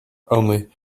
only